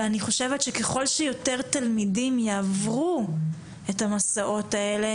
ואני חושבת שככל שיותר תלמידים יעברו את המסעות האלה,